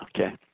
Okay